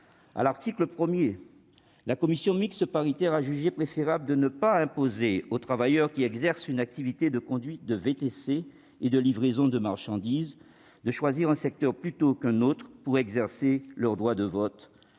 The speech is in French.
À l'article 1, la commission mixte paritaire a jugé préférable de ne pas imposer aux travailleurs qui exercent une activité de conduite de VTC et de livraison de marchandises de choisir un secteur plutôt qu'un autre pour exercer leur droit de vote.